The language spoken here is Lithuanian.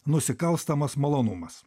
nusikalstamas malonumas